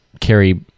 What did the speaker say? carry